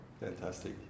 Fantastic